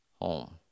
home